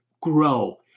grow